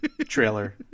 trailer